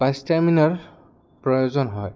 বা ষ্টেমিনা প্ৰয়োজন হয়